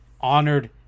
honored